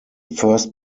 first